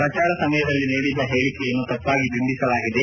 ಪ್ರಚಾರ ಸಮಯದಲ್ಲಿ ನೀಡಿದ್ದ ಹೇಳಕೆಯನ್ನು ತಪ್ಪಾಗಿ ಬಿಂಬಿಸಲಾಗಿದೆ